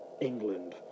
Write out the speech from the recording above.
England